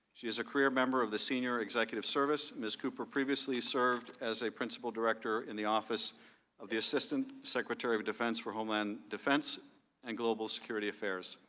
she is a career member of the senior executive service. ms. cooper previously served as a principal director in the office of the assistant secretary of defense for homeland defense and global security affairs.